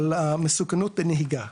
על המסוכנות בנהיגה,